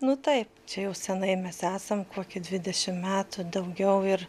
nu taip čia jau senai mes esam koki dvidešim metų daugiau ir